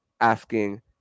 asking